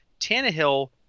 Tannehill